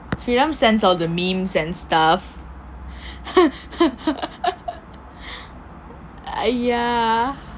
he just sends all the memes and stuff